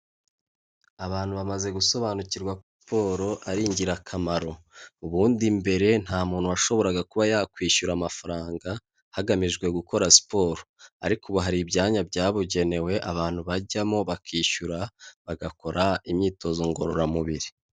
Abantu bamaze gusobanukirwa ko siporo ari ingirakamaro, ubundi mbere nta muntu washoboraga kuba yakwishyura amafaranga hagamijwe gukora siporo, ariko ubu hari ibyanya byabugenewe abantu bajyamo bakishyura bagakora imyitozo ngororamubiri.